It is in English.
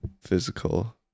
physical